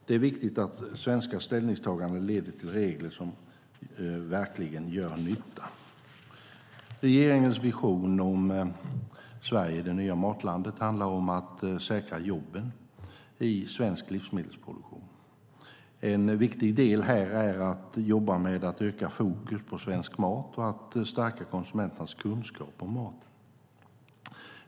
Det är viktigt att svenska ställningstaganden leder till regler som verkligen gör nytta. Regeringens vision om Sverige - det nya matlandet handlar om att säkra jobben i svensk livsmedelsproduktion. En viktig del här är att jobba med att öka fokus på svensk mat och att stärka konsumenternas kunskap om maten.